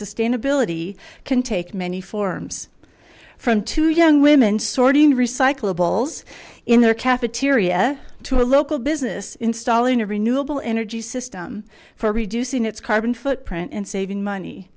sustainability can take many forms from two young women sorting recyclables in their cafeteria to a local business installing a renewable energy system for reducing its carbon footprint and saving money